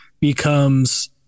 becomes